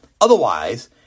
Otherwise